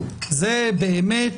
זה באמת,